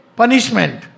punishment